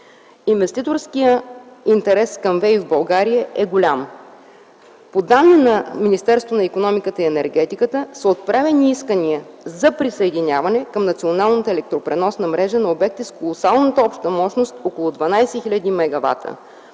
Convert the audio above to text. Инвеститорският интерес към възобновяемите източници в България е голям. По данни на Министерство на икономиката и енергетиката са отправени искания за присъединяване към Националната електропреносна мрежа на обекти с колосалната обща мощност около 12 хил. мгвт.